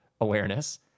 awareness